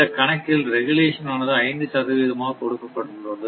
இந்தக் கணக்கில் ரெகுலேஷன் ஆனது 5 ஆக கொடுக்கப்பட்டுள்ளது